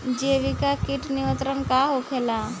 जैविक कीट नियंत्रण का होखेला?